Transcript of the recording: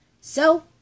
So